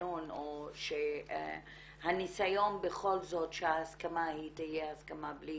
המנגנון או הניסיון בכל זאת שההסכמה תהיה הסכמה בלי